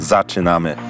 Zaczynamy